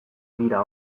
dira